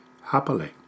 happily